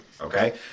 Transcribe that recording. Okay